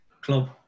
club